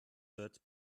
wird